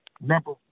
number